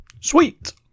sweet